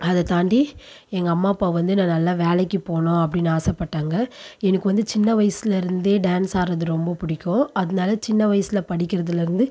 அதை தாண்டி எங்கள் அம்மா அப்பா வந்து நான் நல்லா வேலைக்கு போகணும் அப்படின்னு ஆசைப்பட்டாங்க எனக்கு வந்து சின்ன வயசுலருந்தே டான்ஸ் ஆடுறது ரொம்ப பிடிக்கும் அதனால சின்ன வயசுல படிக்கிறதுலேருந்து